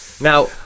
now